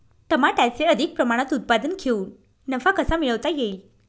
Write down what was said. टमाट्याचे अधिक प्रमाणात उत्पादन घेऊन नफा कसा मिळवता येईल?